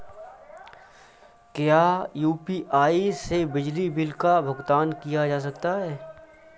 क्या यू.पी.आई से बिजली बिल का भुगतान किया जा सकता है?